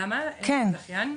למה אין זכיין?